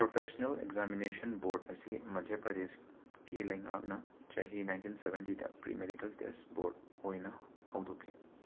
professional examination board ꯑꯁꯤ ꯃꯙ꯭ꯌ ꯄ꯭ꯔꯗꯦꯁꯀꯤ ꯂꯩꯉꯥꯛꯅ ꯆꯍꯤ ꯅꯥꯏꯟꯇꯤꯟ ꯁꯕꯦꯟꯇꯤꯗ ꯄ꯭ꯔꯤ ꯃꯦꯗꯤꯀꯦꯜ ꯇꯦꯁ ꯕꯣꯔꯠ ꯑꯣꯏꯅ ꯍꯧꯗꯣꯛꯈꯤ